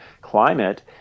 climate